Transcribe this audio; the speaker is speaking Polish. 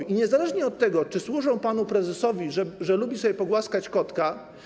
I niezależnie od tego, czy służą panu prezesowi, który lubi sobie pogłaskać kotka.